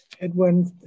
Edwin